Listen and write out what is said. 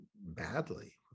badly